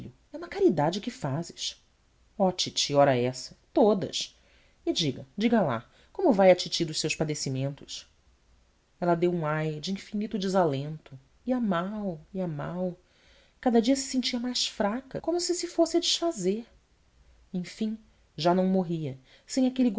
e uma caridade que fazes oh titi ora essa todas e diga diga lá como vai a titi dos seus padecimentos ela deu um ai de infinito desalento ia mal ia mal cada dia se sentia mais fraca como se se fosse a desfazer enfim já não morria sem aquele